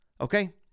Okay